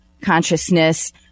consciousness